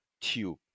tube